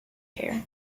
hair